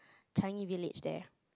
Changi-Village there